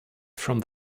from